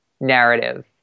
narrative